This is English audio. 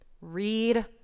Read